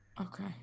okay